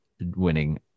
winning